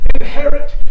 inherit